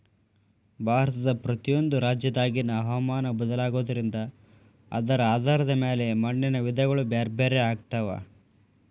ಭಾರತದ ಪ್ರತಿಯೊಂದು ರಾಜ್ಯದಾಗಿನ ಹವಾಮಾನ ಬದಲಾಗೋದ್ರಿಂದ ಅದರ ಆಧಾರದ ಮ್ಯಾಲೆ ಮಣ್ಣಿನ ವಿಧಗಳು ಬ್ಯಾರ್ಬ್ಯಾರೇ ಆಗ್ತಾವ